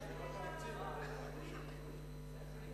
מי נגד?